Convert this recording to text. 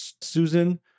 Susan